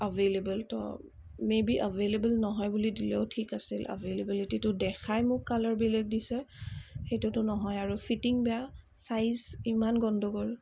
অভেইলেৱল ত' maybe অভেইলেৱল নহয় বুলি দিলেও ঠিক আছিল এভেইলিবিলিটি দেখাই মোক কালাৰ বেলেগ দিছে সেইটোতো নহয় আৰু ফিটিং বেয়া চাইজ ইমান গণ্ডগোল